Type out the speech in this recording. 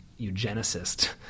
eugenicist